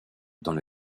dans